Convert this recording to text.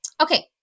Okay